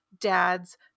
dad's